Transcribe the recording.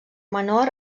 menor